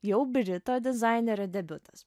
jau brito dizainerio debiutas